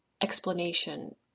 explanation